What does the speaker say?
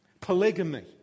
Polygamy